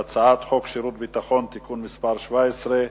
על הצעת חוק שירות ביטחון (תיקון מס' 17),